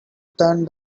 turned